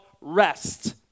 rest